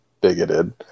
bigoted